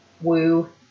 Woo